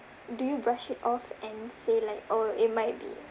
do you brush it off and say like or it might be